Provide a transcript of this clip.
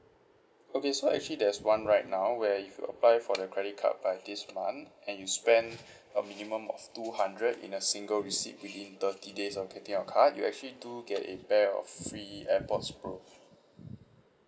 okay so actually there's one right now where if you apply for the credit card by this month and you spend a minimum of two hundred in a single receipt within thirty days of getting our card you actually do get a pair of free airpods pro